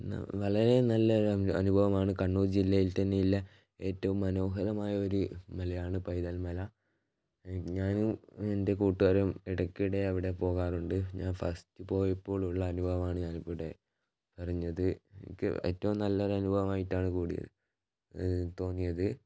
പിന്നെ വളരെ നല്ലൊരു അനുഭവമാണ് കണ്ണൂർ ജില്ലയിൽ തന്നെ ഉള്ള ഏറ്റവും മനോഹരമായ ഒര് മലയാണ് പൈതൽമല ഞാനും എൻ്റെ കൂട്ടുകാരും ഇടയ്ക്കിടെ അവിടെ പോകാറുണ്ട് ഞാൻ ഫസ്റ്റ് പോയപ്പോളുള്ള അനുഭവമാണ് ഞാൻ ഇവിടെ പറഞ്ഞത് എനിക്ക് ഏറ്റവും നല്ല ഒര് അനുഭവമായിട്ടാണ് കൂടെ തോന്നിയത്